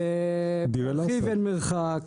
בירחיב אין מרחק,